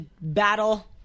battle